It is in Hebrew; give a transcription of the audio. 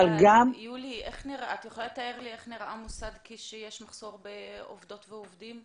את יכולה לתאר לי איך נראה מחסור כשיש מחסור בעובדים ועובדים?